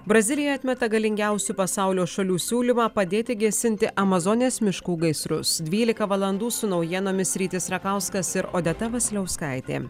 brazilija atmeta galingiausių pasaulio šalių siūlymą padėti gesinti amazonės miškų gaisrus dvylika valandų su naujienomis rytis rakauskas ir odeta vasiliauskaitė